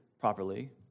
properly